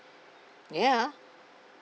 yeah